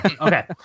Okay